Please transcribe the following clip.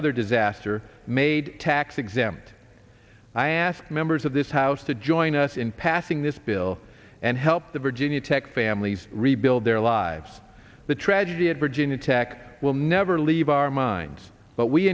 other disaster made tax exempt i ask members of this house to join us in passing this bill and help the virginia tech families rebuild their lives the tragedy at virginia tech will never leave our minds but we